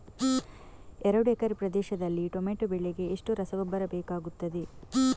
ಎರಡು ಎಕರೆ ಪ್ರದೇಶದಲ್ಲಿ ಟೊಮ್ಯಾಟೊ ಬೆಳೆಗೆ ಎಷ್ಟು ರಸಗೊಬ್ಬರ ಬೇಕಾಗುತ್ತದೆ?